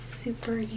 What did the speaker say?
super